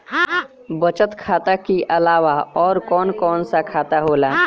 बचत खाता कि अलावा और कौन कौन सा खाता होला?